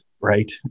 right